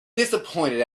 disappointed